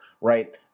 right